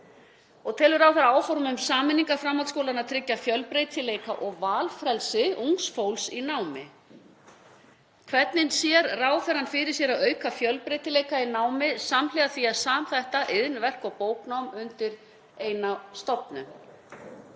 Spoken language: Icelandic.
ráðherra að áform um sameiningar framhaldsskóla muni tryggja fjölbreytileika og valfrelsi ungs fólks í námi? Hvernig sér ráðherrann fyrir sér að auka fjölbreytileika í námi samhliða því að samþætta iðn-, verk- og bóknám undir eina stofnun?